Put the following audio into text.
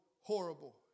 horrible